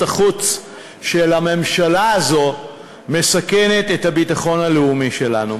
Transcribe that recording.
החוץ של הממשלה הזאת מסכנת את הביטחון הלאומי שלנו,